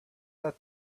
that